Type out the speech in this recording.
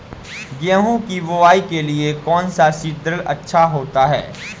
गेहूँ की बुवाई के लिए कौन सा सीद्रिल अच्छा होता है?